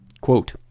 Quote